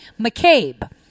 McCabe